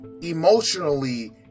emotionally